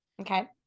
okay